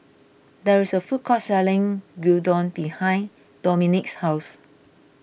there is a food court selling Gyudon behind Dominque's house